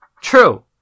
True